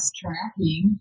tracking